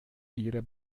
ihre